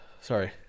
Sorry